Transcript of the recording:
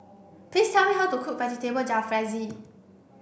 please tell me how to cook Vegetable Jalfrezi